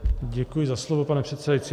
Děkuji za slovo, pane předsedající.